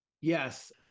Yes